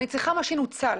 אני צריכה מה שנוצל.